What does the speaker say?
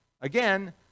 Again